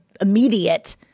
immediate –